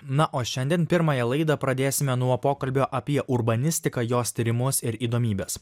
na o šiandien pirmąją laidą pradėsime nuo pokalbio apie urbanistiką jos tyrimus ir įdomybes